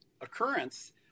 occurrence